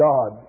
God